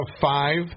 five